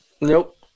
Nope